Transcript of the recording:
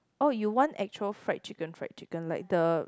oh you want actual fried chicken fried chicken like the